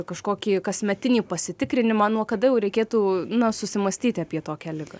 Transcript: kažkokį kasmetinį pasitikrinimą nuo kada jau reikėtų na susimąstyti apie tokią ligą